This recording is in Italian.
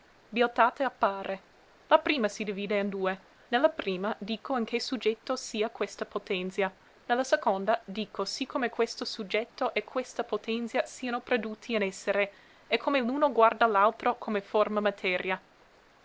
bieltate appare la prima si divide in due ne la prima dico in che suggetto sia questa potenzia ne la seconda dico sì come questo suggetto e questa potenzia siano produtti in essere e come l'uno guarda l'altro come forma materia